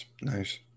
nice